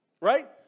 right